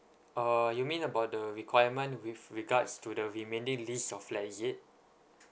uh you mean about the requirement with regards to the remaining lease of flat is it